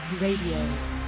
radio